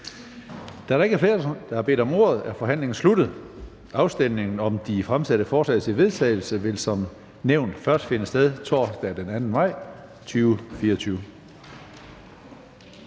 Da der ikke er flere, der har bedt om ordet, er forhandlingen sluttet. Afstemningen om de fremsatte forslag til vedtagelse vil som nævnt først finde sted torsdag den 2. maj 2024.